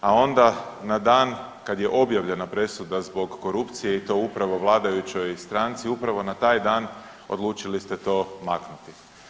a onda na dan kad je objavljena presuda zbog korupcije i to upravo vladajućoj stranci upravo na taj dan odlučili ste to maknuti.